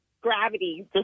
gravity